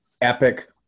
epic